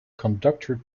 conductor